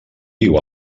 viu